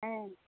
ᱦᱮᱸ